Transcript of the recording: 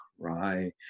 cry